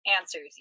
answers